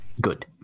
Good